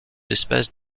espèces